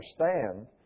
understand